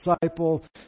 disciple